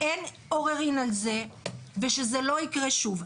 אין עוררין על זה ושזה לא יקרה שוב.